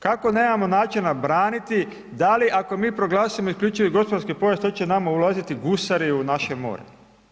Kako nemamo načina braniti, da li ako mi proglasimo isključivi gospodarski pojas to će nama ulaziti gusari u naše more?